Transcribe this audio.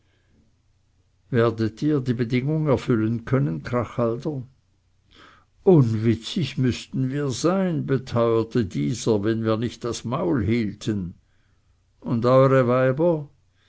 werdet ihr die bedingung erfüllen können krachhalder unwitzig müßten wir sein beteuerte dieser wenn wir nicht das maul hielten und eure weiber